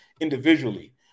individually